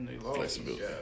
Flexibility